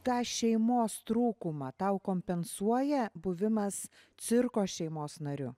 tą šeimos trūkumą tau kompensuoja buvimas cirko šeimos nariu